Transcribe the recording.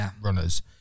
runners